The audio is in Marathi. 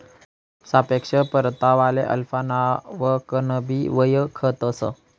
सापेक्ष परतावाले अल्फा नावकनबी वयखतंस